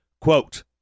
quote